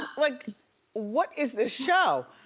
like what is this show?